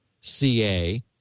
CA